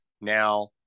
Now